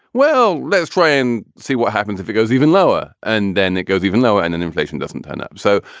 well, let's try and see what happens if it goes even lower. and then it goes even lower and then inflation doesn't turn up. so.